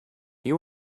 you